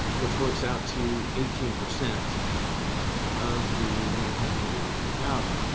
which works out to eighteen percent of the nine hundred and eighty three thousand.